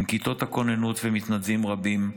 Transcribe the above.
עם כיתות הכוננות ומתנדבים רבים,